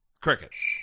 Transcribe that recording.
crickets